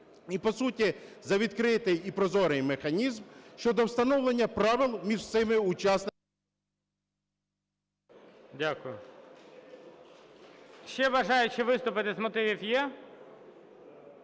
і, по суті, за відкритий і прозорий механізм щодо встановлення правил між всіма учасниками… ГОЛОВУЮЧИЙ. Дякую. Ще бажаючі виступити з мотивів є?